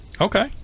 Okay